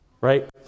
right